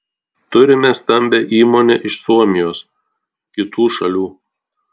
turime stambią įmonę iš suomijos kitų šalių